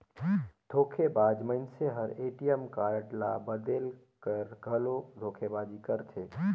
धोखेबाज मइनसे हर ए.टी.एम कारड ल बलेद कर घलो धोखेबाजी करथे